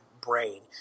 brain